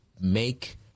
make